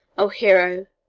o hero!